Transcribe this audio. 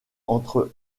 entre